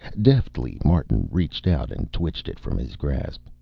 deftly martin reached out and twitched it from his grasp.